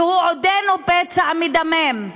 והוא עודנו פצע מדמם.